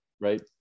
right